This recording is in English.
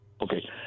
Okay